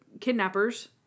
kidnappers